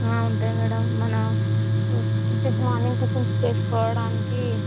ఆ ఉంటాయి మ్యాడమ్ మనం చెస్ మార్నింగ్ టిఫన్ చేసుకోడానికీ